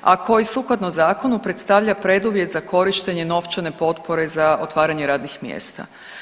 a koji sukladno zakonu predstavlja preduvjet za korištenje novčane potpore za otvaranje radnih mjesta.